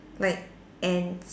like ants